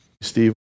Steve